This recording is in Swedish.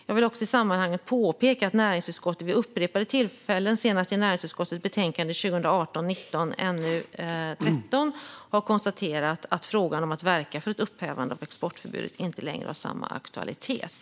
Jag vill i sammanhanget påpeka att näringsutskottet vid upprepade tillfällen, senast i näringsutskottets betänkande 2018/19:NU13, har konstaterat att frågan om att verka för ett upphävande av exportförbudet inte längre har samma aktualitet.